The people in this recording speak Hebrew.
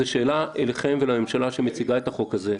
זאת שאלה אל הממשלה שמציגה את החוק הזה.